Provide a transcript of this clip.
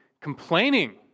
complaining